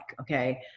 Okay